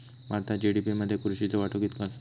भारतात जी.डी.पी मध्ये कृषीचो वाटो कितको आसा?